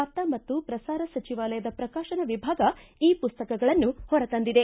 ಸಮಾಚಾರ ಮತ್ತು ಪ್ರಸಾರ ಸಚಿವಾಲಯ ಪ್ರಕಾಶನ ವಿಭಾಗ ಈ ಮಸ್ತಕಗಳನ್ನು ಹೊರತಂದಿದೆ